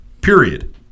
Period